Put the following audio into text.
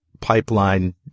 pipeline